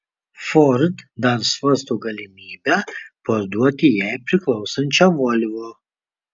ford dar svarsto galimybę parduoti jai priklausančią volvo